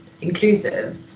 inclusive